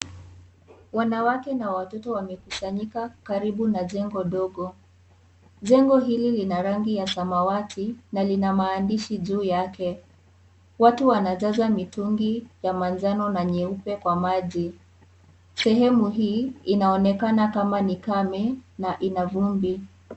Wanawake na watoto wamekusanyika karibu na jengo dogo. Jengo hili, lina rangi ya samawati na lina maandishi juu yake. Watu wanajaza mitungi ya manjano na nyeupe kwa maji. Sehemu hii, inaonekana kama ni kame na ina vumbi.